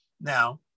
Now